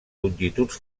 longituds